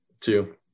two